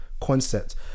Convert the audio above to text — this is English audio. concept